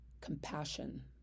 compassion